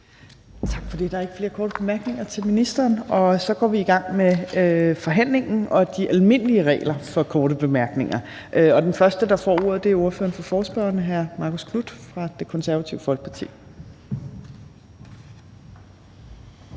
Tak for det. Der er ikke flere korte bemærkninger til ministeren. Så går vi i gang med forhandlingen og de almindelige regler for korte bemærkninger, og den første, der får ordet, er ordføreren for forespørgerne, hr. Marcus Knuth fra Det Konservative Folkeparti.